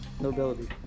nobility